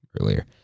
earlier